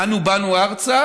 אנו באנו ארצה